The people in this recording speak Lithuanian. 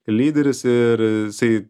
lyderis ir jisai